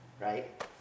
right